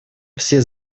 все